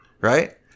right